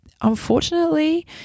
unfortunately